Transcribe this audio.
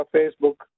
Facebook